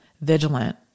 vigilant